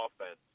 offense